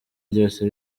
ryose